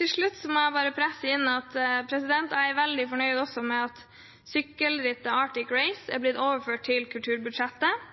Til slutt må jeg bare presse inn at jeg er veldig fornøyd med at sykkelrittet Arctic Race er blitt overført til kulturbudsjettet.